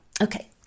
okay